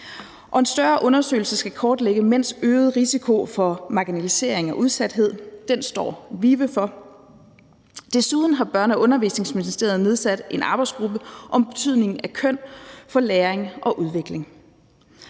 en større undersøgelse skal kortlægge mænds øgede risiko for marginalisering og udsathed. Den står VIVE for. Desuden har Børne- og Undervisningsministeriet nedsat en arbejdsgruppe om betydningen af køn for læring og udvikling.